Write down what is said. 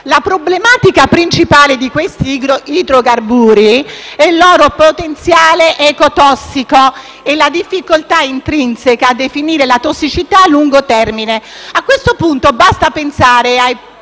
La problematica principale di questi idrocarburi è il loro potenziale ecotossico e la difficoltà intrinseca a definire la tossicità a lungo termine. A questo punto, basti pensare alla presenza